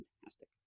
fantastic